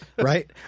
Right